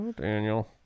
Daniel